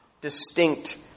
distinct